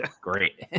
great